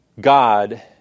God